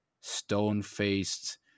stone-faced